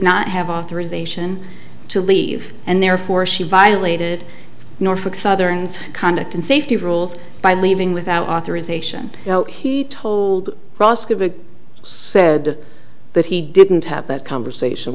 not have authorization to leave and therefore she violated norfolk southern conduct and safety rules by leaving without authorization he told ross could be said that he didn't have that conversation